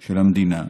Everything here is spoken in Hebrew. של המדינה.